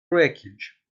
wreckage